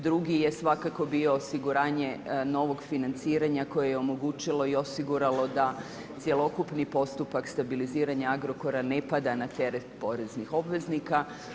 Drugi je svakako bio osiguranje novog financiranja koje je omogućilo i osiguralo da cjelokupni postupak stabiliziranja Agrokora ne pada na teret poreznih obveznika.